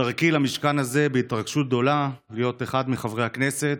בדרכי למשכן הזה בהתרגשות גדולה להיות אחד מחברי הכנסת,